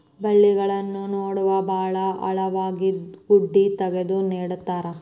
ಬಳ್ಳಿಗಳನ್ನ ನೇಡುವಾಗ ಭಾಳ ಆಳವಾಗಿ ಗುಂಡಿ ತಗದು ನೆಡತಾರ